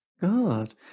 God